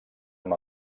amb